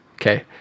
Okay